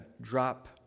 drop